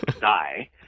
die